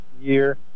year